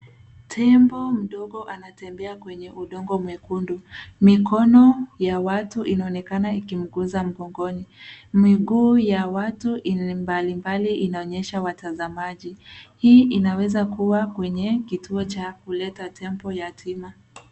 Tembo mdogo anatembea kwenye udongo mwekundu. Mikono ya watu inaonekana ikimguza mgongoni, miguu ya watu mbalimbali inaonyesha watazamaji. Hii inaweza kuwa kwenye kituo cha kuleta tembo yatima.